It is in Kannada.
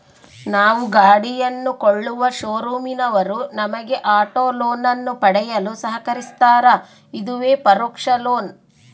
ನಾವು ಗಾಡಿಯನ್ನು ಕೊಳ್ಳುವ ಶೋರೂಮಿನವರು ನಮಗೆ ಆಟೋ ಲೋನನ್ನು ಪಡೆಯಲು ಸಹಕರಿಸ್ತಾರ, ಇದುವೇ ಪರೋಕ್ಷ ಲೋನ್